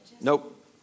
Nope